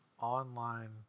online